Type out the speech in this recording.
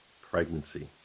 Pregnancy